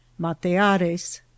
Mateares